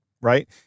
right